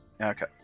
Okay